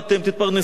תתפרנסו,